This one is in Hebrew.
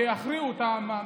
שיכריעו אותן,